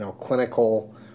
clinical